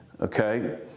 Okay